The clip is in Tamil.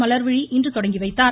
மலர்விழி இன்று தொடங்கி வைத்தார்